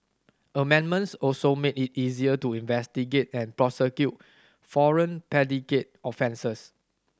amendments also made it easier to investigate and prosecute foreign predicate offences